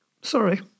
Sorry